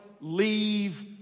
leave